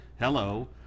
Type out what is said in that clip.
Hello